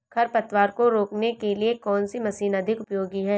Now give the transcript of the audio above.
खरपतवार को रोकने के लिए कौन सी मशीन अधिक उपयोगी है?